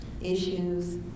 Issues